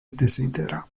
desidera